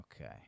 Okay